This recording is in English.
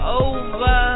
over